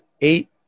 eight